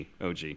OG